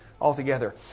altogether